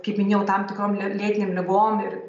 kaip minėjau tam tikrom lė lėtinėm ligom ir